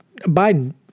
Biden